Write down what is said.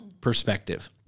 perspective